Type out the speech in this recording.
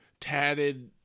tatted